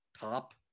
top